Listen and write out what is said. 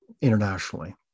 internationally